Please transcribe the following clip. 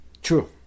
true